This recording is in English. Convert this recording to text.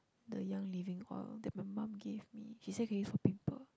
the young living oil that my mum gave me she say can use for pimple